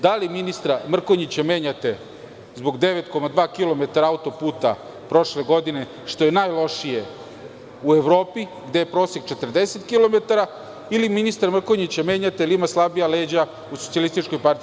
Da li ministra Mrkonjića menjate zbog 9,2 km autoputa prošle godine, što je najlošije u Evropi, gde je prosek 40 km, ili ministra Mrkonjića menjate jer ima slabija leđa u SPS?